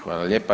Hvala lijepa.